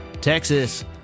Texas